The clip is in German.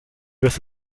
wirst